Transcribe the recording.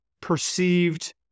perceived